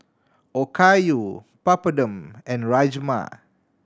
Okayu Papadum and Rajma